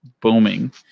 booming